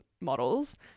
models